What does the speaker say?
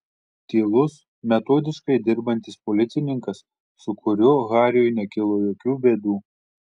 tylus metodiškai dirbantis policininkas su kuriuo hariui nekilo jokių bėdų